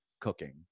cooking